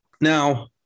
Now